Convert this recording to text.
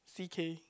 C_K